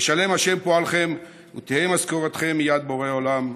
ישלם ה' פועלכם ותהא משכורתכם מיד בורא עולם.